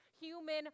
human